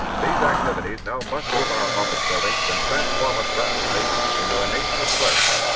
these activities now mushroom our office buildings and transform as rapidly into a nation of clerks.